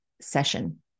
session